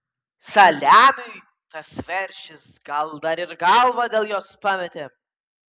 saliamiui tas veršis gal dar ir galvą dėl jos pametė